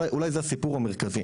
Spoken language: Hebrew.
אולי זה הסיפור המרכזי,